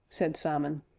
said simon.